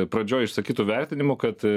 pradžioj išsakytu vertinimu kad